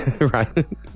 right